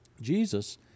Jesus